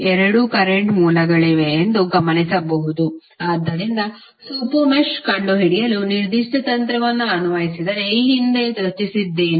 ಎರಡು ಕರೆಂಟ್ ಮೂಲಗಳಿವೆ ಎಂದು ಗಮನಿಸಬಹುದು ಆದ್ದರಿಂದ ಸೂಪರ್ ಮೆಶ್ಯನ್ನು ಕಂಡುಹಿಡಿಯಲು ನಿರ್ದಿಷ್ಟ ತಂತ್ರವನ್ನು ಅನ್ವಯಿಸಿದರೆ ಈ ಹಿಂದೆ ಚರ್ಚಿಸಿದ್ದೇನು